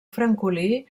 francolí